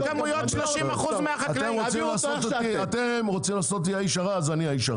30% של המושבניקים אי אפשר לאזן עליה,